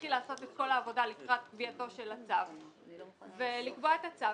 להתחיל לעשות את כל העבודה לקראת קביעתו של הצו ולקבוע את הצו.